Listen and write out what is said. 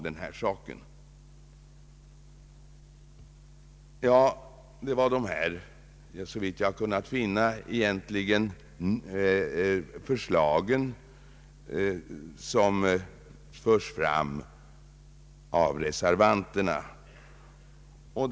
Detta är, såvitt jag kunnat finna, de förslag som reservanterna fört fram.